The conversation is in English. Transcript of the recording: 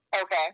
Okay